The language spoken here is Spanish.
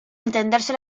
entenderse